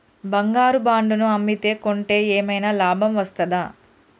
బంగారు బాండు ను అమ్మితే కొంటే ఏమైనా లాభం వస్తదా?